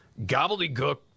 gobbledygook